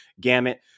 gamut